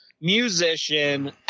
musician